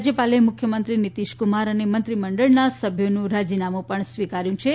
રાજ્યપાલે મુખ્યમંત્રી નિતીશ કુમાર અને મંત્રીમંડળના સભ્યોનું રાજીનામું પણ સ્વીકાર્યું હતું